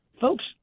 folks